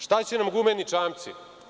Šta će nam gumeni čamci?